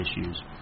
issues